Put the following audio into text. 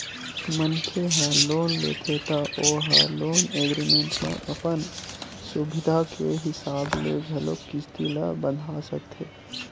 मनखे ह लोन लेथे त ओ ह लोन एग्रीमेंट म अपन सुबिधा के हिसाब ले घलोक किस्ती ल बंधा सकथे